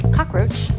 Cockroach